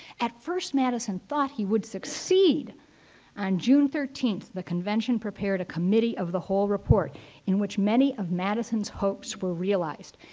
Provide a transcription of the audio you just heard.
at first, madison thought he would succeed on june thirteenth. the convention prepared a committee of the whole report in which many of madison's hopes were realized.